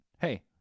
hey